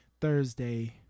Thursday